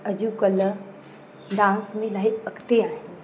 अॼुकल्ह डांस में इलाही अॻिते आहे